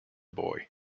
boy